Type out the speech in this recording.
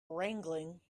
wrangling